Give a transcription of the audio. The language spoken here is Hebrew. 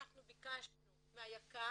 אנחנו ביקשנו מהיק"ר,